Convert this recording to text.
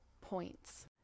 points